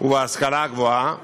ובהשכלה הגבוהה,